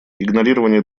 игнорирование